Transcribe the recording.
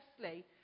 Firstly